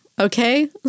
okay